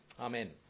Amen